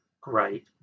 great